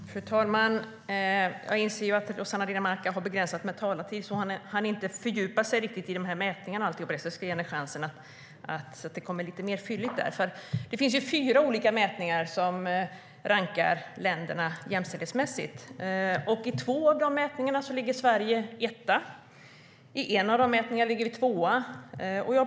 Fru talman! Jag inser att Rossana Dinamarca har begränsat med talartid. Hon hann inte riktigt fördjupa sig i detta med mätningarna, så jag ska ge henne chansen att göra detta lite mer fylligt. Det finns fyra olika mätningar som rankar länderna jämställdhetsmässigt. I två av dem ligger Sverige etta. I en av dem ligger vi tvåa.